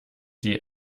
die